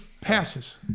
passes